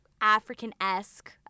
african-esque